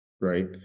right